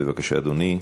בבקשה, אדוני.